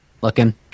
looking